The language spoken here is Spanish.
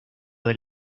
del